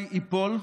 בעיניי ייפול,